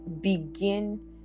begin